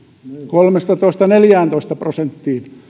kolmestatoista neljääntoista prosenttiin